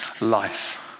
life